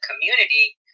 community